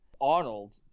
Arnold